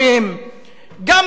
גם יישוב קרקע.